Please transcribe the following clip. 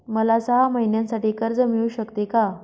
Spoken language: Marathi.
मला सहा महिन्यांसाठी कर्ज मिळू शकते का?